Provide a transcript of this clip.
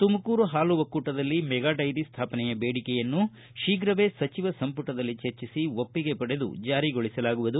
ತುಮಕೂರು ಹಾಲು ಒಕ್ಕೂಟದಲ್ಲಿ mega dairy ಸ್ಥಾಪನೆಯ ಬೇಡಿಕೆಯನ್ನು ಶೀಘವೆ ಸಚಿವ ಸಂಪುಟದಲ್ಲಿ ಚರ್ಚಿಸಿ ಒಪ್ಪಿಗೆ ಪಡೆದು ಜಾರಿಗೊಳಿಸಲಾಗುವುದು